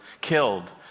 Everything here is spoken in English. killed